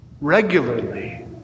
regularly